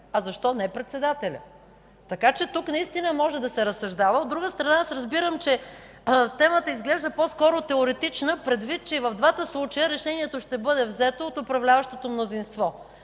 а защо не и председателя? Така че тук наистина може да се разсъждава. От друга страна, разбирам, че темата изглежда по-скоро теоретична, предвид че и в двата случая решението ще бъде взето от управляващото мнозинство.